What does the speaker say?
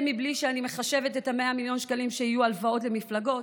זה בלי שאני מחשבת את 100 מיליון השקלים שיהיו הלוואות למפלגות,